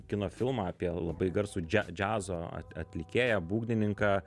kino filmą apie labai garsų džia džiazo at atlikėją būgnininką